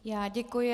Já děkuji.